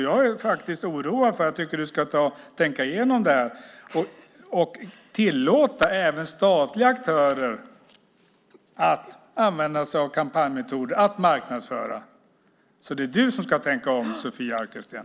Jag är faktiskt oroad, och jag tycker att du ska ta och tänka igenom det här och tillåta även statliga aktörer att använda sig av kampanjmetoder och marknadsföra sig. Det är du som ska tänka om, Sofia Arkelsten!